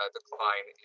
decline